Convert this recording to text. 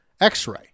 x-ray